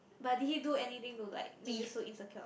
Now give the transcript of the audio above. but did he do anything to like make you feel so insecure